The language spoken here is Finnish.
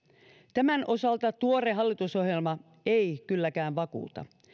tämän osalta tuore hallitusohjelma ei kylläkään vakuuta